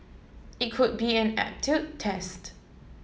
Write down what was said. it could be an aptitude test